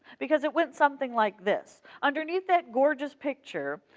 because it went something like this underneath that gorgeous picture,